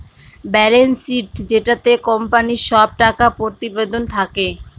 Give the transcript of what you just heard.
balance sheet যেটাতে কোম্পানির সব টাকা প্রতিবেদন থাকে